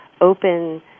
open